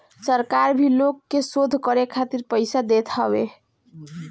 सरकार भी लोग के शोध करे खातिर पईसा देत हवे